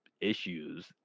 issues